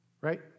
right